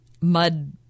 mud